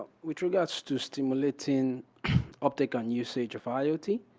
with regards to stimulating up take on usage of iot,